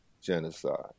genocide